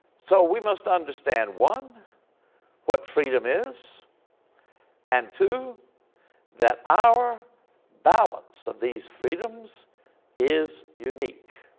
so we must understand one what freedom is and two that our balance of these freedoms is unique.